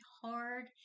hard